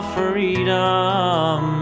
freedom